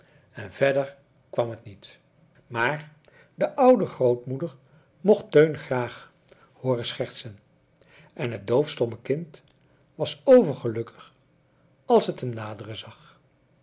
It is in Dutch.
en verder kwam het niet maar de oude grootmoeder mocht teun graag hooren schertsen en het doofstomme kind was overgelukkig als het hem naderen zag